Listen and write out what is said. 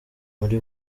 muri